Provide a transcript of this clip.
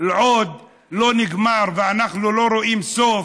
עוד לא נגמר ואנחנו לא רואים סוף,